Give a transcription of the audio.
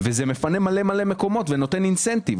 זה מפנה מלא מקומות ונותן אינסנטיב.